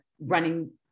running